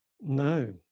No